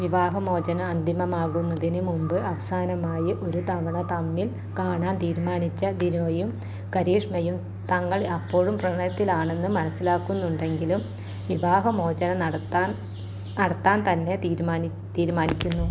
വിവാഹമോചനം അന്തിമമാകുന്നതിന് മുമ്പ് അവസാനമായി ഒരു തവണ തമ്മിൽ കാണാൻ തീരുമാനിച്ച ദിനോയും കരീഷ്മയും തങ്ങൾ അപ്പോഴും പ്രണയത്തിലാണെന്ന് മനസ്സിലാക്കുന്നുണ്ടെങ്കിലും വിവാഹമോചനം നടത്താൻതന്നെ തീരുമാനിക്കുന്നു